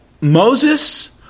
moses